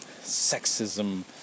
sexism